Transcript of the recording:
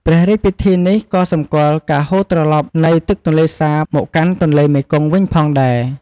ព្រះរាជពិធីនេះក៏សម្គាល់ការហូរត្រឡប់នៃទឹកទន្លេសាបមកកាន់ទន្លេមេគង្គវិញផងដែរ។